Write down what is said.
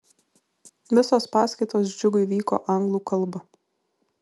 visos paskaitos džiugui vyko anglų kalba